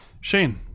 Shane